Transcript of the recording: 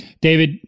david